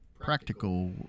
practical